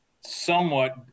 somewhat